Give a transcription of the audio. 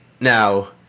Now